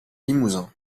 limousin